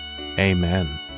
Amen